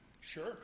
Sure